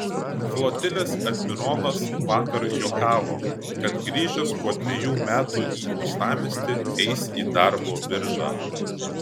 flotilės admirolas vakar juokavo kad grįžęs po trejų metų į uostamiestį eis į darbo biržą